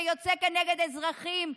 שיוצא כנגד אזרחים,